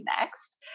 next